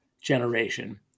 generation